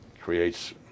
creates